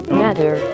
matter